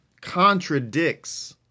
contradicts